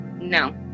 No